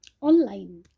online